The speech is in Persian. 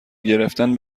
گرفتن